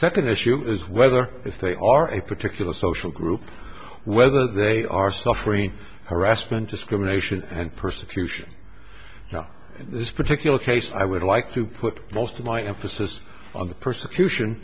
second issue is whether if they are a particular social group whether they are suffering harassment discrimination and persecution now in this particular case i would like to put most of my emphasis on the persecution